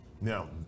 Now